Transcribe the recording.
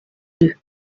deux